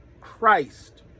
Christ